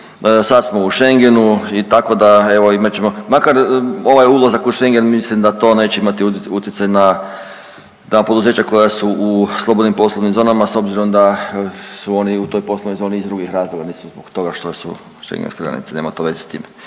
sad smo u Schengenu i tako da evo imat ćemo, makar ovaj ulazak u Schengen mislim da to neće imati utjecaj na, na poduzeća koja su u slobodnim poslovnim zonama s obzirom da su oni u toj poslovnoj zoni iz drugih razloga, mislim zbog toga što su Schengenske granice nema to veze s tim.